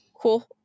Cool